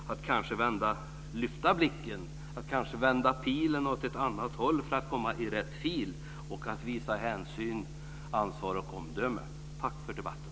Han kunde kanske lyfta blicken, vända pilen åt ett annat håll för att komma i rätt fil och visa hänsyn, ansvar och omdöme. Tack för debatten!